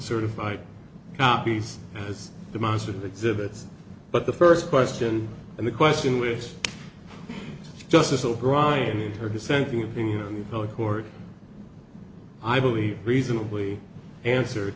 certified copies as demonstrative exhibits but the first question and the question which justice o'brian in her dissenting opinion the public court i believe reasonably answer